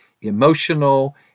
emotional